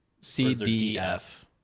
C-D-F